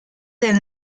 del